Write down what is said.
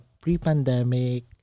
pre-pandemic